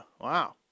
Wow